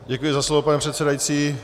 Děkuji za slovo, pane předsedající.